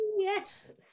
Yes